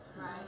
Right